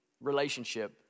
relationship